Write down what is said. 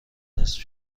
نصف